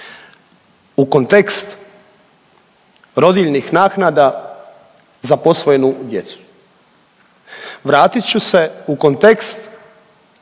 u kontekst rodiljnih naknada za posvojenu djecu. Vratit ću se u kontekst